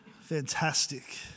Fantastic